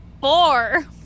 Four